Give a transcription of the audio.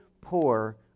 poor